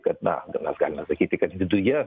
kad na mes galime sakyti kad viduje